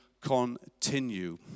continue